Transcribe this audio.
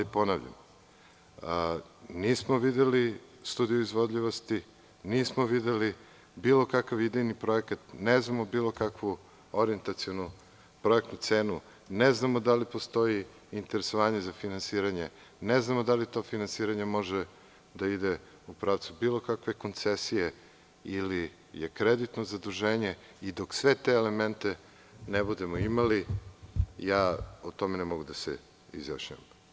Ponavljam, nismo videli studiju izvodljivosti, nismo videli bilo kakav idejni projekat, ne znamo bilo kakvu orijentacionu projektnu cenu, ne znamo da li postoji interesovanje za finansiranje, ne znamo da li to finansiranje može da ide u pravcu bilo kakve koncesije ili je kreditno zaduženje, i dok sve te elemente ne budemo imali ja o tome ne mogu da se izjašnjavam.